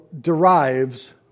derives